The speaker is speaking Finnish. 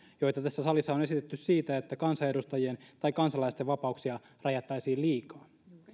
joita tässä salissa on esitetty siitä että kansanedustajien tai kansalaisten vapauksia rajattaisiin liikaa